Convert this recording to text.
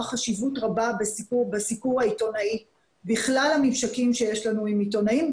חשיבות רבה בסיקור העיתונאי בכלל הממשקים שיש לנו עם עיתונאים,